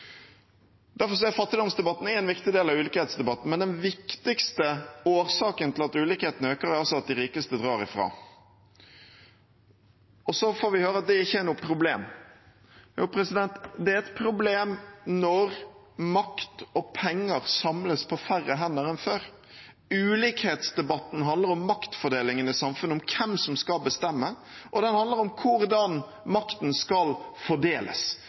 Derfor er fattigdomsdebatten en viktig del av ulikhetsdebatten, men den viktigste årsaken til at ulikhetene øker, er at de rikeste drar ifra. Så får vi høre at det ikke er noe problem. Jo, det er et problem når makt og penger samles på færre hender enn før. Ulikhetsdebatten handler om maktfordelingen i samfunnet, om hvem som skal bestemme, og den handler om hvordan makten skal fordeles.